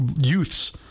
youths